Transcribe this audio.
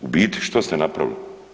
U biti što ste napravili?